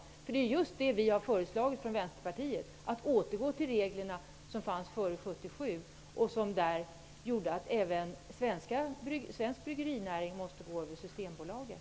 Precis det förslaget har Vänsterpartiet lagt fram, nämligen en återgång till reglerna som gällde före 1977. Dessa regler innebar att även svensk bryggerinäring var tvungen att gå via Systembolaget.